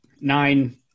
nine